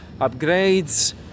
upgrades